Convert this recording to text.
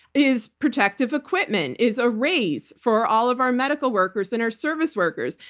is protective equipment, is a raise for all of our medical workers and our service workers.